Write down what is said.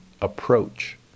approach